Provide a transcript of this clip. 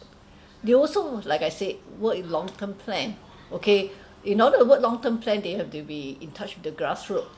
they also like I said work in long term plan okay you know the word long term plan they have to be in touch with the grassroot